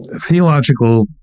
theological